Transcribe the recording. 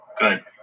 good